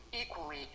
equally